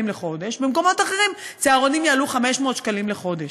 לחודש ובמקומות אחרים צהרונים יעלו 500 שקלים לחודש.